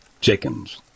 chickens